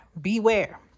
Beware